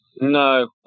No